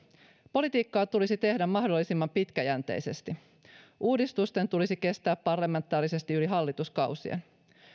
politiikkaa tulisi tehdä mahdollisimman pitkäjänteisesti uudistusten tulisi kestää parlamentaarisesti yli hallituskausien